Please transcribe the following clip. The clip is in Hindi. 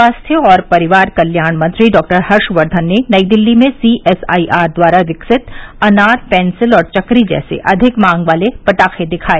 स्वास्थ्य और परिवार कल्याण मंत्री डॉ हर्षवर्धन ने नई दिल्ली में सीएसआईआर द्वारा विकसित अनार पेंसिल और चकरी जैसे अधिक मांग वाले पटाखे दिखाए